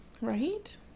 Right